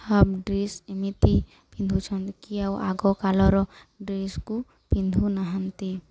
half dress ଏମିତି ପିନ୍ଧୁଛନ୍ତି କିଏ ଆଉ ଆଗକାଳର ଡ୍ରେସ୍କୁ ପିନ୍ଧୁ ନାହାନ୍ତି